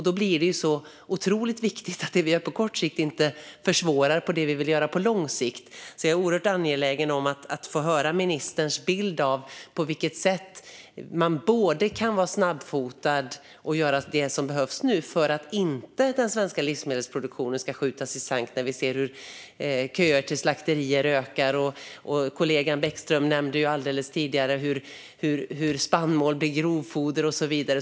Då är det otroligt viktigt att det som vi gör på kort sikt inte försvårar för det som vi vill göra på lång sikt. Jag är därför oerhört angelägen om att få ministerns bild av på vilket sätt man kan vara snabbfotad och göra det som behövs nu för att den svenska livsmedelsproduktionen inte ska skjutas i sank när vi ser hur köerna till slakterierna ökar. Kollegan Bäckström nämnde också hur spannmål blir grovfoder och så vidare.